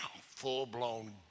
Full-blown